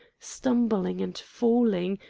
stumbling and falling,